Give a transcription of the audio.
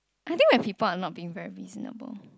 I think my people are not being very reasonable